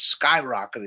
skyrocketed